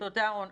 תודה, רון.